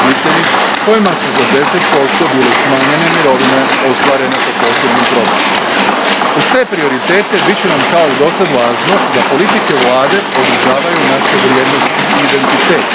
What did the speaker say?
kojima su za 10% bile smanjene mirovine ostvarene po posebnim propisima. Uz te prioritete, bit će nam kao i dosad važno da politike Vlade odražavaju naše vrijednosti i identitet.